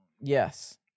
Yes